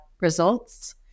results